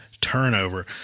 Turnover